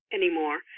anymore